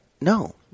no